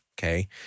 Okay